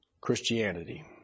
Christianity